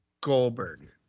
Goldberg